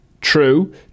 True